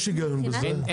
יש היגיון בזה,